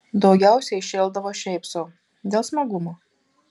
daugiausiai šėldavo šiaip sau dėl smagumo